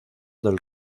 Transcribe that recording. del